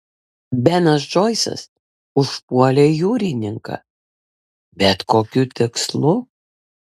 benas džoisas užpuolė jūrininką bet kokiu tikslu